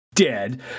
dead